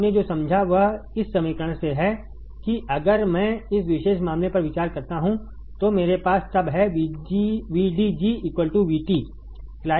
आपने जो समझा वह इस समीकरण से है कि अगर मैं इस विशेष मामले पर विचार करता हूं तो मेरे पास तब है VDG VT